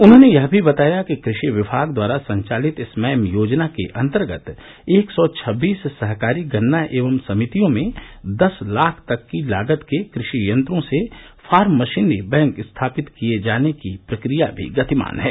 उन्होंने यह भी बताया कि कृषि विभाग द्वारा संचालित स्मैम योजना के अन्तर्गत एक सौ छब्बीस सहकारी गन्ना एवं समितियों में दस लाख तक की लागत के कृषि यंत्रों से फार्म मशीनरी बैंक स्थापित किये जाने की प्रक्रिया भी गतिमान है